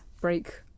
break